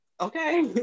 okay